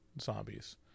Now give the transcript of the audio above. zombies